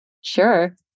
Sure